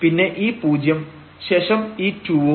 പിന്നെ ഈ പൂജ്യം ശേഷം ഈ 2 ഉം